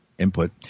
input